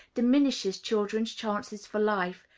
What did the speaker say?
diminishes children's chances for life,